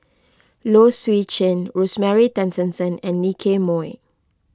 Low Swee Chen Rosemary Tessensohn and Nicky Moey